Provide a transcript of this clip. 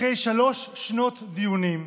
אחרי שלוש שנות דיונים,